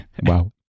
Wow